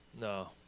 No